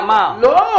לא,